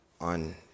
on